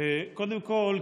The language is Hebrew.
קודם כול,